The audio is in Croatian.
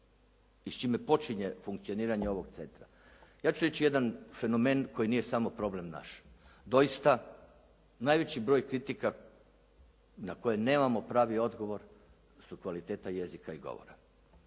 i s čime počinje funkcioniranje ovog centra. Ja ću reći jedan fenomen koji nije samo problem naš. Doista, najveći broj kritika na koje nemamo pravi odgovor su kvaliteta jezika i govora.